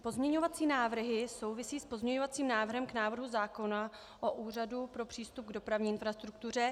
Pozměňovací návrhy souvisí s pozměňovacím návrhem k návrhu zákona o Úřadu pro přístup k dopravní infrastruktuře.